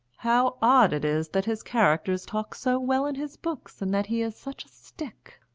how odd it is that his characters talk so well in his books, and that he is such a stick!